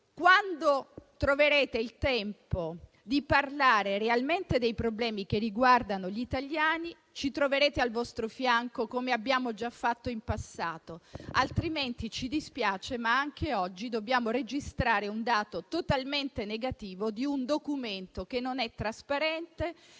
Quando troverete il tempo di parlare realmente dei problemi che riguardano gli italiani, ci troverete al vostro fianco, come abbiamo già fatto in passato. Altrimenti, ci dispiace, ma anche oggi dobbiamo registrare un dato totalmente negativo di un Documento che non è trasparente,